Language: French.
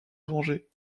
venger